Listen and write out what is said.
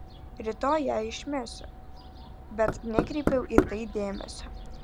rytoj ją išmesiu bet nekreipiau į tai dėmesio